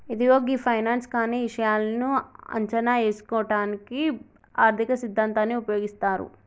ఇదిగో గీ ఫైనాన్స్ కానీ ఇషాయాలను అంచనా ఏసుటానికి ఆర్థిక సిద్ధాంతాన్ని ఉపయోగిస్తారు